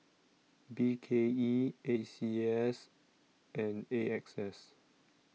B K E A C S and A X S